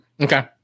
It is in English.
Okay